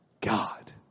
God